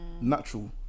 natural